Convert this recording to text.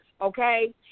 okay